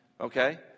Okay